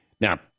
Now